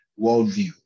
worldview